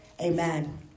Amen